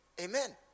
Amen